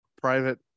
private